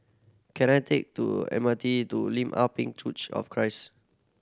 can I take to M R T to Lim Ah Pin of Christ